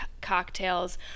cocktails